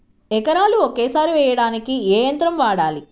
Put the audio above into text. ఎకరాలు ఒకేసారి వేయడానికి ఏ యంత్రం వాడాలి?